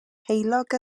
heulog